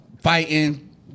fighting